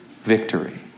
Victory